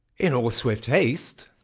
in all swift haste.